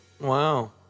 Wow